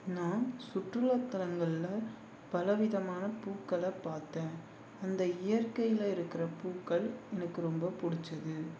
நான் சுற்றுலாத்தலங்களில் பல விதமான பூக்களை பார்த்தேன் அந்த இயற்கையில் இருக்கிற பூக்கள் எனக்கு ரொம்ப பிடிச்சது